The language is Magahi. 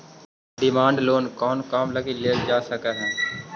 डिमांड लोन कउन काम लगी लेल जा सकऽ हइ?